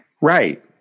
Right